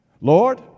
Lord